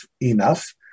enough